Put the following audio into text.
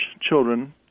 children